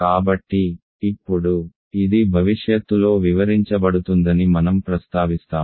కాబట్టి ఇప్పుడు ఇది భవిష్యత్తులో వివరించబడుతుందని మనం ప్రస్తావిస్తాము